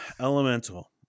Elemental